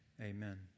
Amen